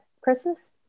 Christmas